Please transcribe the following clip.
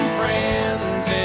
friends